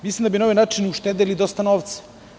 Mislim da bi na ovaj način uštedeli i dosta novca.